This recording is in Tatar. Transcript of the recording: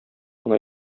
кына